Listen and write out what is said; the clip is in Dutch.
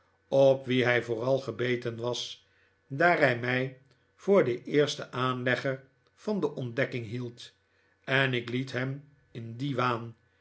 op wien hij vooral gebeten was daar hij mij voor den eersten aanlegger van deze ontdekking hield en ik liet hem in dien waan